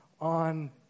on